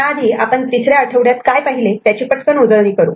त्याआधी आपण तिसऱ्या आठवड्यात काय पाहिले त्याची पटकन उजळणी करू